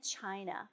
China